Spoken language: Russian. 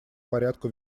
порядку